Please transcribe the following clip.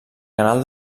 canal